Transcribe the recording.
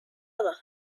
other